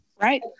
Right